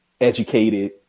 educated